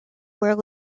where